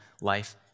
life